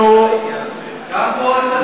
גם פה הסתה?